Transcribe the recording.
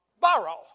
Borrow